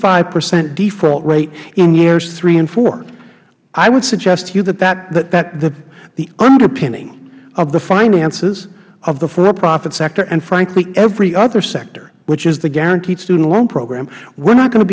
five percent default rate in years three and four i would suggest to you that the underpinning of the finances of the for profit sector and frankly every other sector which is the guaranteed student loan program we are not going to